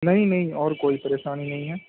نہیں نہیں اور کوئی پریشانی نہیں ہے